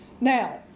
Now